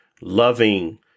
loving